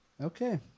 Okay